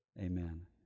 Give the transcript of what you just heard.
amen